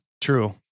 True